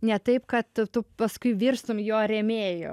ne taip kad tu paskui virstum jo rėmėju